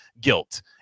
guilt